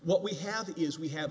what we have is we have